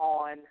on